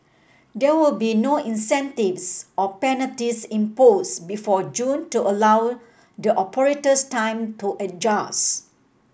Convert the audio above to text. there will be no incentives or penalties imposed before June to allow the operators time to adjust